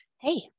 Hey